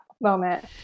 moment